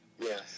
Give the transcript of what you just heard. Yes